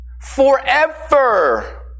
Forever